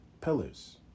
pillars